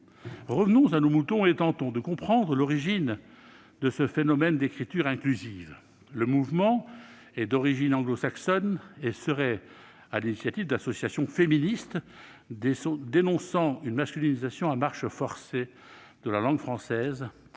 Revenons à nos moutons et tentons de comprendre l'origine du phénomène de l'écriture inclusive. Le mouvement est d'origine anglo-saxonne et serait l'initiative d'associations féministes dénonçant une masculinisation à marche forcée de la langue française